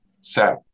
set